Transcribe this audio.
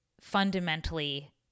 fundamentally